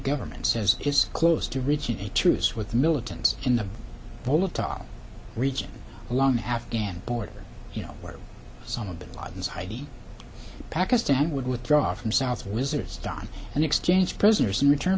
government says it's close to reaching a truce with militants in the volatile region along the afghan border you know where osama bin laden is hiding pakistan would withdraw from south wizards don and exchange prisoners in return